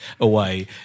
away